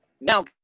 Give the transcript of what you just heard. now